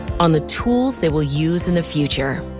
on the tools they will use in the future.